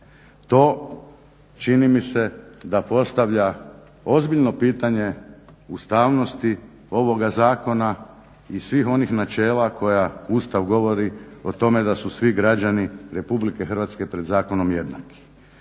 To, čini mi se da postavlja ozbiljno pitanje ustavnosti ovoga zakona i svih onih načela koja, Ustav govori o tome da su svi građani Republike Hrvatske pred zakonom jednaki.